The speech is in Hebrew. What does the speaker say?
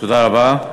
תודה רבה.